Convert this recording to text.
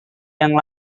yang